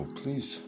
please